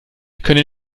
können